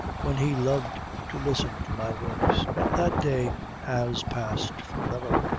when he loved to listen to my voice but that day has passed forever.